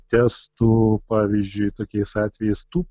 testų pavyzdžiui tokiais atvejais tų